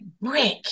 brick